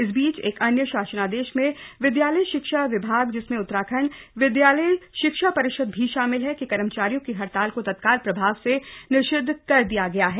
इस बीच एक अन्य शासनादेश में विद्यालयी शिक्षा विभाग जिसमें उत्तराखंड विद्यालयी शिक्षा परिषद भी शामिल है के कर्मचारियों की हड़ताल को तत्काल प्रभाव से निषिद्ध कर दिया गया है